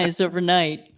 overnight